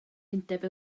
undeb